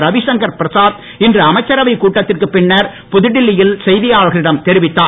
ரவிசங்கர் பிரசாத் இன்று அமைச்சரவை கூட்டத்திற்கு பின்னர் புதுடெல்லியில் செய்தியாளர்களிடம் தெரிவித்தார்